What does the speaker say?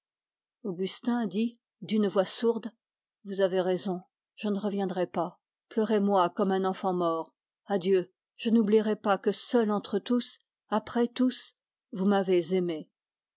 augustin dit d'une voix sourde vous avez raison je ne reviendrai pas pleurez moi comme un enfant mort adieu je n'oublierai pas que seul entre tous après tous vous m'avez aimé